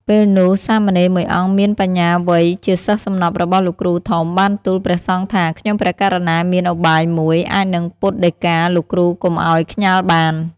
ពេលនោះ សាមណេរមួយអង្គមានបញ្ញាវៃ ជាសិស្សសំណប់របស់លោកគ្រូធំ បានទូលព្រះសង្ឃថា "ខ្ញុំព្រះករុណាមានឧបាយមួយ អាចនឹងពុទ្ធដីកាលោកគ្រូកុំឲ្យខ្ញាល់បាន"។